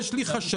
יש לי חשש,